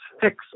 fix